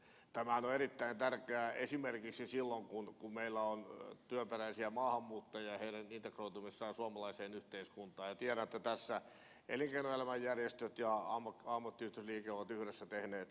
tämähän on erittäin tärkeää esimerkiksi silloin kun meillä on työperäisiä maahanmuuttajia ja heidän integroitumistaan suomalaiseen yhteiskuntaan ja tiedän että tässä elinkeinoelämän järjestöt ja ammattiyhdistysliike ovat yhdessä tehneet hyvää työtä